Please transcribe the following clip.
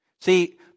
See